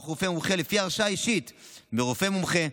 רופא מומחה ולפי הרשאה אישית מרופא מומחה.